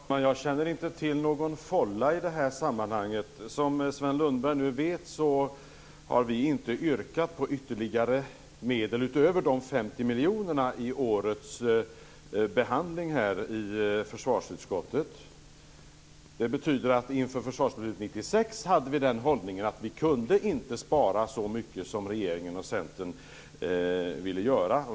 Herr talman! Jag känner inte till någon fålla i det här sammanhanget. Som Sven Lundberg nu vet har vi inte yrkat på ytterligare medel utöver de 50 miljonerna i årets behandling i försvarsutskottet. Inför Försvarsbeslut 96 hade vi den hållningen att vi inte kunde spara så mycket som regeringen och Centern ville göra.